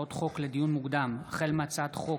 הצעות חוק לדיון מוקדם, החל בהצעת חוק